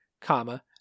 comma